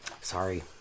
Sorry